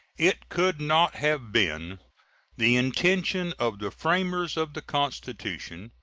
it could not have been the intention of the framers of the constitution,